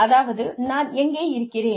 அதாவது நான் எங்கே இருக்கிறேன்